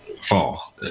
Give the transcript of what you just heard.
fall